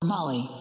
Molly